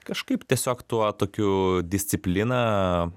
kažkaip tiesiog tuo tokiu disciplina